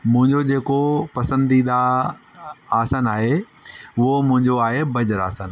मुंहिंजो जेको पसंदीदा अ आसन आहे उहो मुंहिंजो आहे बज्र आसन